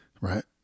right